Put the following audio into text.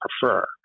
prefer